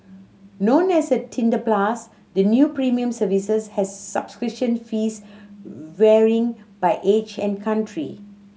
known as Tinder Plus the new premium services has subscription fees varying by age and country